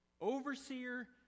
overseer